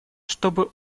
чтобы